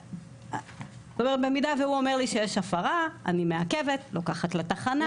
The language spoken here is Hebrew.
אם הוא אומר לי שיש הפרה אני מעכבת, לוקחת לתחנה.